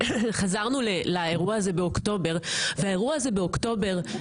חזרנו לאירוע הזה באוקטובר שבו